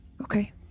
Okay